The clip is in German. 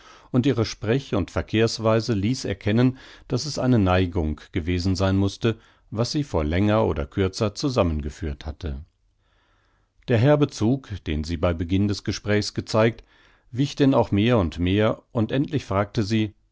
und ihre sprech und verkehrsweise ließ erkennen daß es eine neigung gewesen sein mußte was sie vor länger oder kürzer zusammengeführt hatte der herbe zug den sie bei beginn des gesprächs gezeigt wich denn auch mehr und mehr und endlich fragte sie